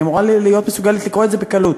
אני אמורה להיות מסוגלת לקרוא את זה בקלות.